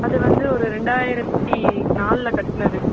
அது வந்து ஒரு ரெண்டாயிரத்தி நாலில் கட்டினது